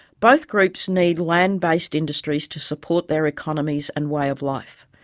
both groups need land-based industries to support their economies and way of life.